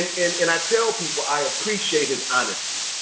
and and i tell people i appreciate his honesty.